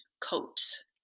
coats